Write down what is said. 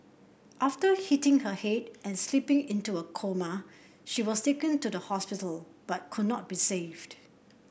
after hitting her head and slipping into a coma she was taken to the hospital but could not be saved